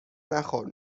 نخور